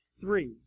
three